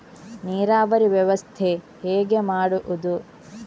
ನೀರಾವರಿ ವ್ಯವಸ್ಥೆ ಹೇಗೆ ಮಾಡುವುದು?